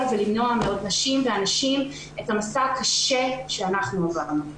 ולמנוע מנשים ואנשים את המסע הקשה שאנחנו עברנו.